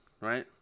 right